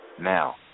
Now